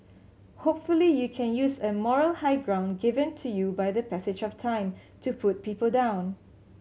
hopefully you can use a moral high ground given to you by the passage of time to put people down